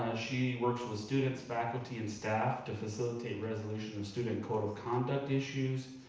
she works with students, faculty and staff to facilitate resolution of student code of conduct issues,